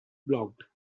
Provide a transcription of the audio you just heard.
blocked